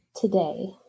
today